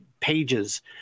pages